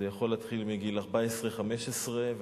זה יכול להתחיל מגיל 14 15 ועד